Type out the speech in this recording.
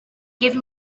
give